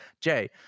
Jay